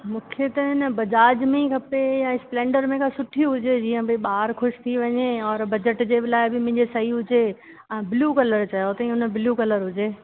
मूंखे त हिन बजाज में ई खपे या स्पलैंडर में का सुठी हुजे जीअं भई ॿार ख़ुशि थी वञे और बजट जे बि लाइ मुंहिंजे सही हुजे ऐं ब्लू कलर चयो अथई हुन ब्लू कलर हुजे